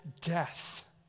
death